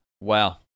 Wow